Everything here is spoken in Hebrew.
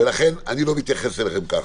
אני לא מתייחס אליכם ככה,